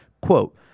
quote